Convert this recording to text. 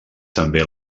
també